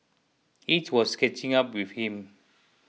age was catching up with him